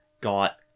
got